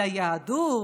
על היהדות?